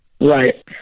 Right